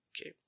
Okay